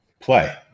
play